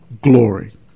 glory